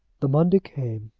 the monday came,